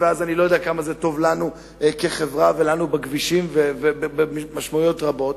ואז אני לא יודע כמה זה יהיה טוב לנו כחברה ובכבישים ובמשמעויות רבות.